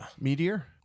Meteor